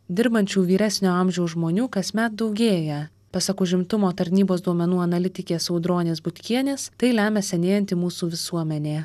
dirbančių vyresnio amžiaus žmonių kasmet daugėja pasak užimtumo tarnybos duomenų analitikės audronės butkienės tai lemia senėjanti mūsų visuomenė